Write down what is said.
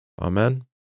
Amen